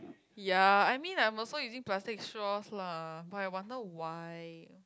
ya I mean I'm also using plastic straws lah but I wonder why